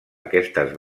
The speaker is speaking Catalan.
aquestes